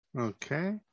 Okay